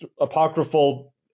apocryphal